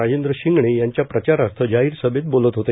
राजद्र शिंगणे यांच्या प्रचाराथ जाहार सभेत बोलत होते